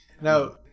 Now